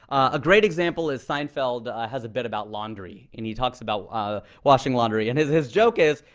a great example is seinfeld has a bit about laundry. and he talks about ah washing laundry. and his his joke is,